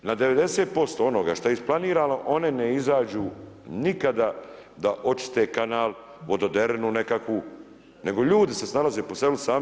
Na 90% onoga što je isplanirano one ne izađu nikada da očiste kanal, vododerinu nekakvu nego ljudi se snalaze po seli sami.